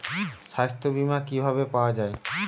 সাস্থ্য বিমা কি ভাবে পাওয়া যায়?